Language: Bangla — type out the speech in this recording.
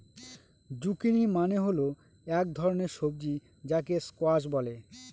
জুকিনি মানে হল এক ধরনের সবজি যাকে স্কোয়াশ বলে